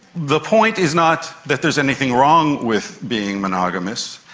the point is not that there's anything wrong with being monogamous,